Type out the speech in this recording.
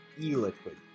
e-liquid